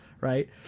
right